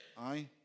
Aye